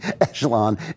Echelon